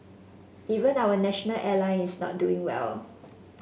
even our national airline is not doing well